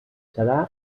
serà